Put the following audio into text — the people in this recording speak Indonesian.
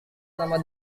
nama